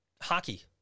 Hockey